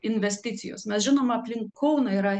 investicijos mes žinom aplink kauną yra